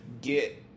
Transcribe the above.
get